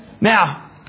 Now